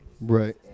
Right